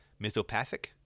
mythopathic